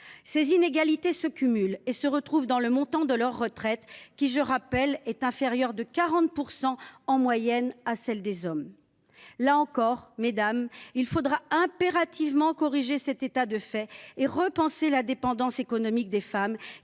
Ces inégalités se cumulent et ont des répercussions sur le montant de leur retraite, qui, je le rappelle, est inférieur de 40 % en moyenne à celui des hommes. Là encore, mesdames les ministres, il faudra impérativement corriger cet état de fait et repenser la dépendance économique des femmes,